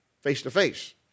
face-to-face